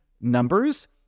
numbers